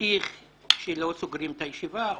או שלא סוגרים את הישיבה,